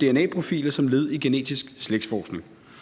dna-profiler som led i genetisk slægtsforskning.